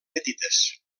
petites